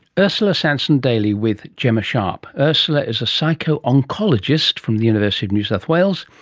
ursula sansom-daly with gemma sharp. ursula is a psycho-oncologist from the university of new south wales,